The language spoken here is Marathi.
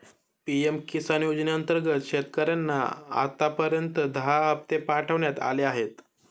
पी.एम किसान योजनेअंतर्गत शेतकऱ्यांना आतापर्यंत दहा हप्ते पाठवण्यात आले आहेत